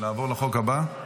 נעבור לחוק הבא: